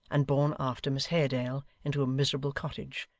and borne after miss haredale into a miserable cottage,